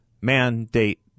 mandate